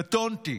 קטונתי.